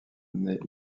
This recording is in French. née